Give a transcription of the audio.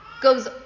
goes